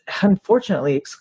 unfortunately